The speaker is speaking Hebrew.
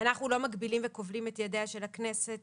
אנחנו לא מגבילים וכובלים את ידיה של הכנסת